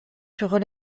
furent